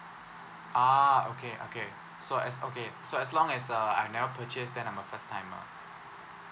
ah okay okay so as okay so as long as uh I never purchase then I'm a first timer